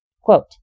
Quote